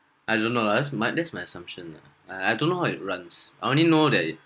I don't know lah that's my that's my assumption lah I I don't know how it runs I only know that it